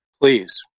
Please